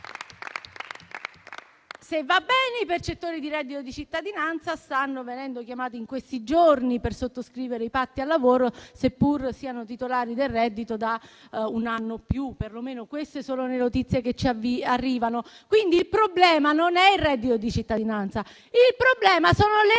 perché i percettori di reddito di cittadinanza - se va bene - stanno venendo chiamati in questi giorni per sottoscrivere i patti per il lavoro, seppur siano titolari del reddito da un anno o più. Perlomeno, queste sono le notizie che ci arrivano. Quindi, il problema non è il reddito di cittadinanza. Il problema sono le